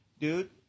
Dude